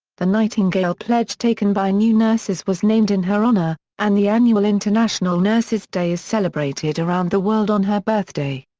the nightingale pledge taken by new nurses was named in her honour, and the annual international nurses day is celebrated around the world on her birthday.